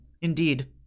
indeed